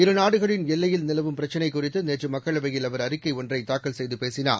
இருநாடுகளின் எல்லையில் நிலவும் பிரச்சினை குறித்து நேற்று மக்களவையில் அவர் அறிக்கை ஒன்றை தாக்கல் செய்து பேசினார்